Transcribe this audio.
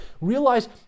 realize